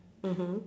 mmhmm